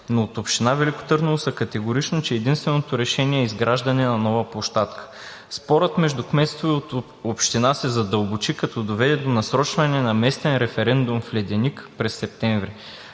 От община Велико Търново са категорични, че единственото решение е изграждане на нова площадка. Спорът между кметство и община се задълбочи, като доведе до насрочване на местен референдум в Леденик през септември.